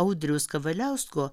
audriaus kavaliausko